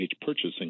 Purchasing